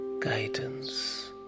guidance